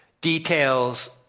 details